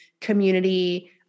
community